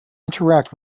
interact